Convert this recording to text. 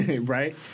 Right